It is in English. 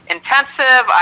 Intensive